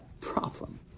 problem